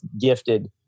gifted